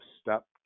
step